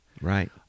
Right